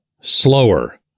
slower